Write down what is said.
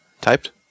Typed